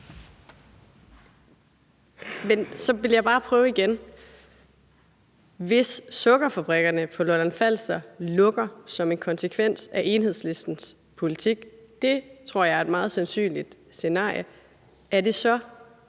Men så vil jeg bare prøve igen: Hvis sukkerfabrikkerne på Lolland-Falster lukker som en konsekvens af Enhedslistens politik – det tror jeg er et meget sandsynligt scenarie – er det så